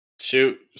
Shoot